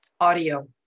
audio